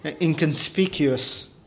inconspicuous